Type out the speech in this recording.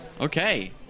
Okay